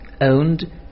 owned